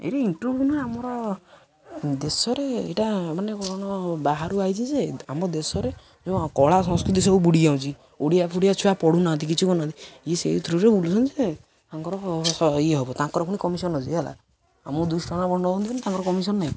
ଏଇଟା ଇଣ୍ଟରଭି୍ୟୁ ମାନେ ଆମର ଦେଶରେ ଏଇଟା ମାନେ କ'ଣ ବାହାରୁ ଆଇଛି ଯେ ଆମ ଦେଶରେ ଯେଉଁ କଳା ସଂସ୍କୃତି ସବୁ ବୁଡ଼ିଯାଉଛି ଓଡ଼ିଆ ଫୁଡ଼ିଆ ଛୁଆ ପଢ଼ାଉନାହାନ୍ତି କିଛି କରୁନାହାନ୍ତି ଇଏ ସେଇଥିରେ ବୁଲୁଛନ୍ତି ଯେ ତାଙ୍କର ଇଏ ହବ ତାଙ୍କର ପୁଣି କମିଶନ୍ ଅଛିି ହେଲା ଆମଠୁ ଦୁଇଶହ ଟଙ୍କା ଖଣ୍ଡେ ହବ ନେଉଛନ୍ତି ତାଙ୍କର କମିଶନ୍ ନାହିଁ